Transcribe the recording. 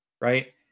right